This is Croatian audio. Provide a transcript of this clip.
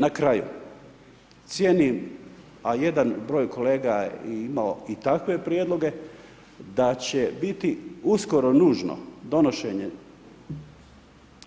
Na kraju, cijenim, a jedan broj kolega je imao i takve prijedloge, da će biti uskoro nužno donošenje